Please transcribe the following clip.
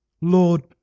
Lord